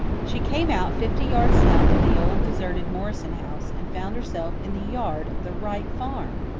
she came out fifty yards south of the old deserted morrison house, and found herself in the yard of the wright farm!